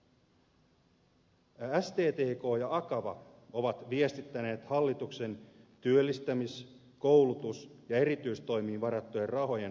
sttk ja akava ovat viestittäneet hallituksen työllistämis koulutus ja erityistoimiin varattujen rahojen olevan riittämättömiä